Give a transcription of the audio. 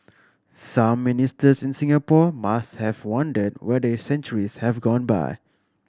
some Ministers in Singapore must have wondered whether centuries have gone by